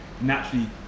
naturally